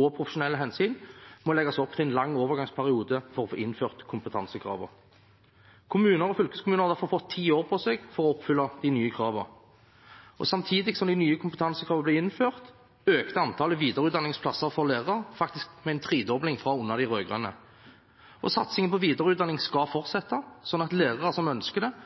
og profesjonelle hensyn må legges opp til en lang overgangsperiode for å få innført kompetansekravene. Kommuner og fylkeskommuner har derfor fått ti år på seg til å oppfylle de nye kravene. Samtidig som de nye kompetansekravene ble innført, har antallet videreutdanningsplasser for lærere faktisk økt med en tredobling fra under de rød-grønne. Satsingen på videreutdanning skal fortsette, slik at lærere som ønsker det,